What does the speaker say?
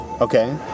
Okay